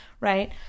right